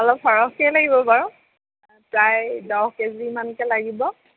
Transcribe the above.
অলপ সৰহকৈ লাগিব বাৰু প্ৰায় দহ কেজি মানকৈ লাগিব